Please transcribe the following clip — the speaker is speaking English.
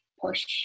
push